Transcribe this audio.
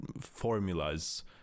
formulas